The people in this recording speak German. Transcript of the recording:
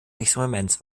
experiments